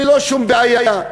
ללא שום בעיה.